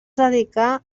dedicà